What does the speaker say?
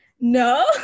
no